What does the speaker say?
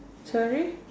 sorry